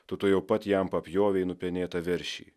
tu tuojau pat jam papjovei nupenėtą veršį